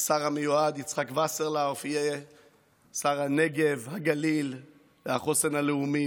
השר המיועד יצחק וסרלאוף יהיה שר הנגב והגליל והחוסן הלאומי,